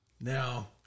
Now